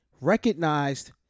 recognized